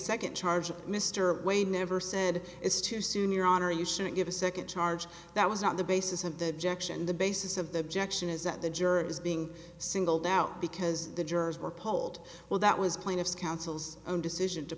second charge mr wayne never said it's too soon your honor you shouldn't give a second charge that was not the basis of the jackson the basis of the objection is that the jury was being singled out because the jurors were polled well that was plaintiff's counsel's own decision to